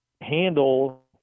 handle